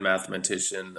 mathematician